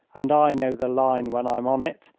and i know the line when i'm on it,